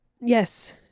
Yes